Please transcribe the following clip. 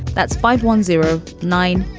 that's five one zero nine.